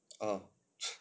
orh